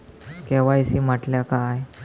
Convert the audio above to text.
KYC म्हटल्या काय?